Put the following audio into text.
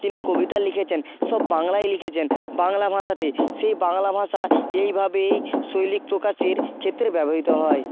তিনি কবিতা লিখেছেন সব বাংলায় লিখেছেন বাংলা ভাষা তে সেই বাংলা ভাষা এইভাবেই শৈলীক প্রকাশের ক্ষেত্রে ব্যবহিত হয়